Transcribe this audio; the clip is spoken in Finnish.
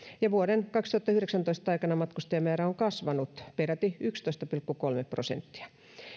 ja vuoden kaksituhattayhdeksäntoista aikana matkustajamäärä on kasvanut peräti yksitoista pilkku kolme prosenttia